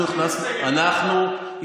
אנחנו הכנסנו, עשיתם סגר בלי נתב"ג.